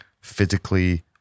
physically